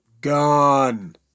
Gone